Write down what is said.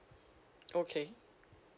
okay